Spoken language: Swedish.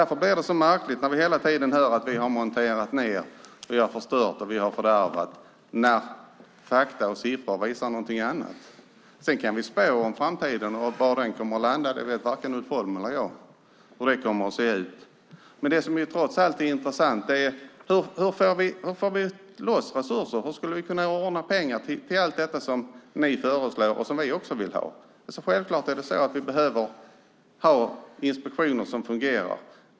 Därför blir det så märkligt när vi hela tiden hör påståenden om att vi har monterat ned, förstört och fördärvat. Fakta och siffror visar ju något annat. Sedan kan vi spå om framtiden. Hur den kommer att se ut vet varken Ulf Holm eller jag. Men det som trots allt är intressant är hur vi ska få loss resurser. Hur ska vi ordna pengar till allt det som ni föreslår och som vi också vill ha? Självklart behöver vi inspektioner som fungerar.